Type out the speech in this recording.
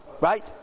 Right